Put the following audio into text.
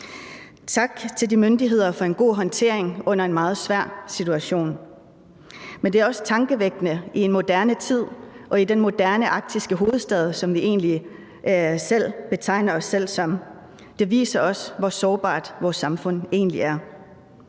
Tak til de myndigheder for en god håndtering under en meget svær situation. Men det er også tankevækkende i en moderne tid og i den moderne arktiske hovedstad, som vi egentlig betegner os selv som. Det viser også, hvor sårbart vores samfund egentlig er.